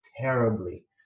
terribly